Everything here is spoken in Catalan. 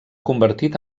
convertit